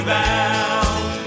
bound